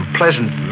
pleasant